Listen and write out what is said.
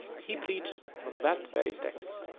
he preached from that very text.